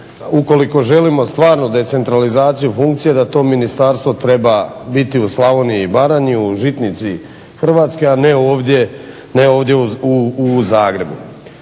ukoliko želimo stvarno decentralizaciju funkcije da to ministarstvo treba biti u Slavoniji i Baranji, u žitnici Hrvatske, a ne ovdje u Zagrebu.